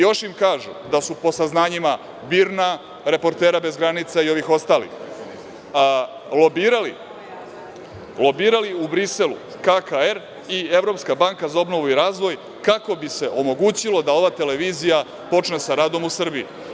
Još im kažu da su po saznanjima BIRN-a, Reportera bez granica i ovih ostalih lobirali u Briselu KKR i Evropska banka za obnovu i razvoj, kako bi se omogućilo da ova televizija počne sa radom u Srbiji.